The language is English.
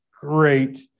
great